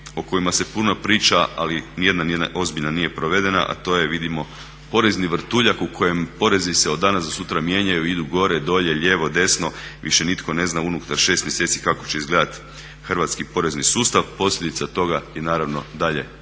o kojima se puno priča, ali ni jedna ozbiljna nije provedena, a to je vidimo porezni vrtuljak u kojem porezi se od danas do sutra mijenjaju, idu gore, dolje, lijevo, desno. Više nitko ne zna unutar šest mjeseci kako će izgledati hrvatski porezni sustav. Posljedica toga je naravno dalje